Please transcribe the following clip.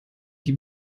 die